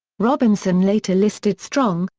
robinson later listed strong,